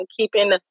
keeping